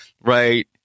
right